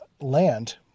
land